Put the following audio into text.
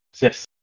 Yes